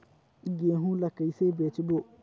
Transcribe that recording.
गहूं ला कइसे बेचबो?